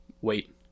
wait